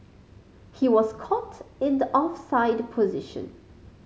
he was caught in the offside position